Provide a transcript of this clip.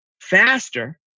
faster